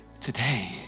today